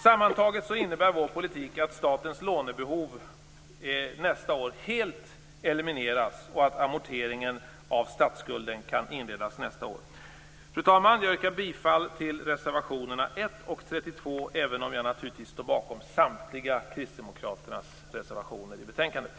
Sammantaget innebär vår politik att statens lånebehov nästa år helt elimineras och att amorteringen av statsskulden kan inledas nästa år. Fru talman! Jag yrkar bifall till reservationerna 1 och 32, även om jag naturligtvis står bakom samtliga kristdemokraternas reservationer till betänkandet.